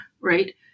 right